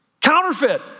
Counterfeit